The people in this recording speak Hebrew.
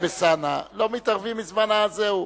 קבוצת סיעת בל"ד וקבוצת סיעת רע"ם-תע"ל לסעיף 1 לא נתקבלה.